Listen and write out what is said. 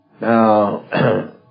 Now